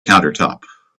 countertop